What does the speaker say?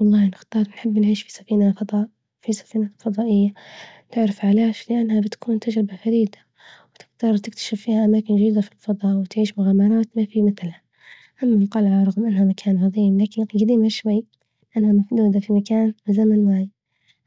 والله نختار نحب نعيش في سفينة فضاء في سفينة فضائية، تعرف على أشياء إنها بتكون تجربة فريدة وتقدر تكتشف فيها أماكن جديدة في الفضاء، وتعيش مغامرات في مثلها ، أما القلعة رغم إنها مكان عظيم لكن جديمة شوي لإنها محدودة في مكان لزمن معين،